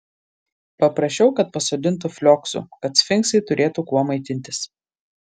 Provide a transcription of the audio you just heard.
paprašiau kad pasodintų flioksų kad sfinksai turėtų kuo maitintis